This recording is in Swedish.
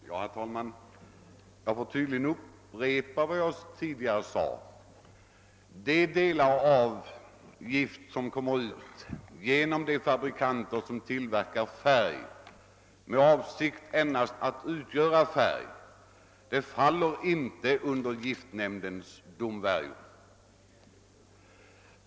Herr talman! Jag får tydligen upprepa vad jag tidigare sade. Granskningen av giftiga beståndsdelar som ingår i vad fabrikanterna betecknar som en färg tillhör för närvarande inte giftnämndens domvärjo.